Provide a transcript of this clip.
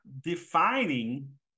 defining